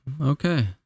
Okay